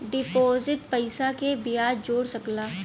deposit पइसा के बियाज जोड़ सकला